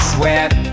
Sweat